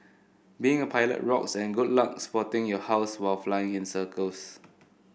being a pilot rocks and good luck spotting your house while flying in circles